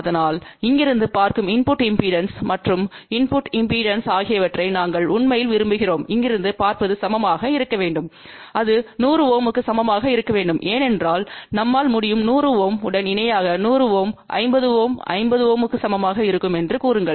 அதனால் இங்கிருந்து பார்க்கும் இன்புட்டு இம்பெடன்ஸ் மற்றும் இன்புட்டு இம்பெடன்ஸ் ஆகியவற்றை நாங்கள் உண்மையில் விரும்புகிறோம் இங்கிருந்து பார்ப்பது சமமாக இருக்க வேண்டும் அது 100 Ω க்கு சமமாக இருக்க வேண்டும் ஏனென்றால் நம்மால் முடியும் 100 Ω உடன் இணையாக 100Ω 50Ω 50 Ω க்கு சமமாக இருக்கும் என்று கூறுங்கள்